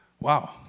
Wow